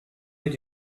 did